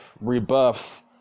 rebuffs